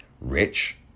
rich